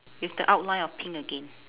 with the outline of pink again